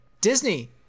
disney